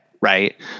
Right